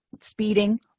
Speeding